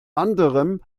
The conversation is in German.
anderem